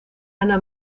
ana